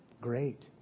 great